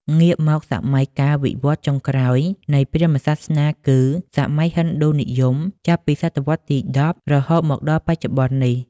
ងាកមកសម័យកាលការវិវឌ្ឍន៍ចុងក្រោយនៃព្រាហ្មណ៍សាសនាគឺ សម័យហិណ្ឌូនិយម ចាប់ពីសតវត្សរ៍ទី ១០ រហូតមកដល់បច្ចុប្បន្ននេះ។